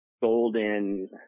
golden